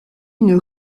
une